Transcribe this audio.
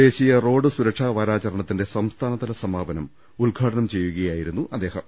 ദേശീയ റോഡ് സുരക്ഷാവാരാചരണത്തിന്റെ സംസ്ഥാനതല സമാപനം ഉദ്ഘാടനം ചെയ്യുകയായിരുന്നു അദ്ദേഹം